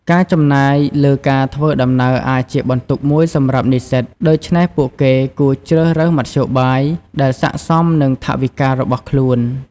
ការចំណាយលើការធ្វើដំណើរអាចជាបន្ទុកមួយសម្រាប់និស្សិត ដូច្នេះពួកគេគួរជ្រើសរើសមធ្យោបាយដែលស័ក្តិសមនឹងថវិការបស់ខ្លួន។